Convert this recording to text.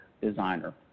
Designer